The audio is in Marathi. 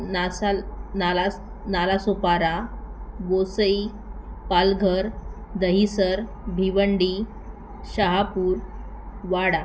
नासाल नालास नालासोपारा वोसई पालघर दहीसर भिवंडी शहापूर वाडा